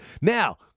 Now